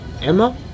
Emma